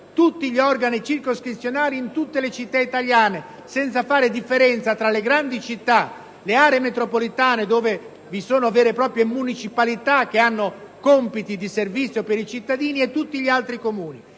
tutti gli organi circoscrizionali in tutte le città italiane, senza fare differenza tra le grandi città, le aree metropolitane - dove vi sono vere e proprie municipalità che hanno compiti di servizio dei cittadini - e tutti gli altri Comuni.